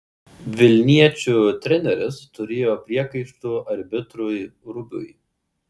vilniečių treneris turėjo priekaištų arbitrui rubiui